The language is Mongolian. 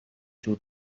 шүү